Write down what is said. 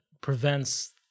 prevents